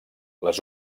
les